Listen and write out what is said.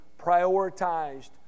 prioritized